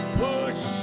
push